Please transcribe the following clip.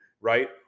right